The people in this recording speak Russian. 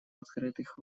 открытых